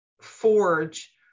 forge